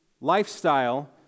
lifestyle